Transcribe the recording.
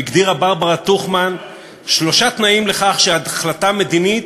הגדירה ברברה טוכמן שלושה תנאים לכך שהחלטה מדינית